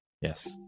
Yes